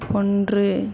ஒன்று